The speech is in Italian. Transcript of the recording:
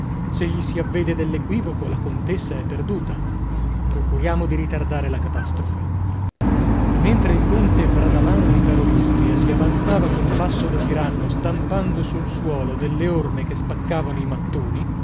trasalendo s'egli si avvede dell'equivoco la contessa è perduta procuriamo di ritardare la catastrofe e mentre il conte bradamano di karolystria si avanzava con passo da tiranno stampando sul suolo delle orme che spaccavano i mattoni